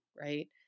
right